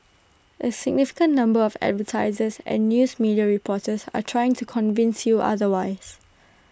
A significant number of advertisers and news media reports are trying to convince you otherwise